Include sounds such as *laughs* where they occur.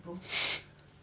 *laughs*